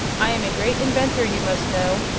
i am a great inventor, you must know,